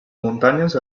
muntanyes